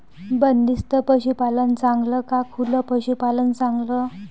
बंदिस्त पशूपालन चांगलं का खुलं पशूपालन चांगलं?